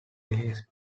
release